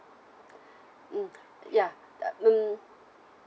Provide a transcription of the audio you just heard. mm ya uh hmm